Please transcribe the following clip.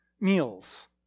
meals